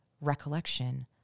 recollection